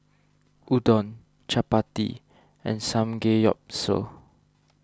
Udon Chapati and Samgeyopsal